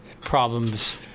problems